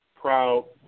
proud